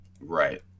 Right